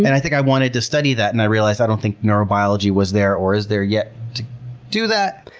and i think i wanted to study that, and i realized i don't think neurobiology was there or is there yet to do that.